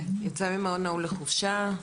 יצא ממעון נעול לחופשה.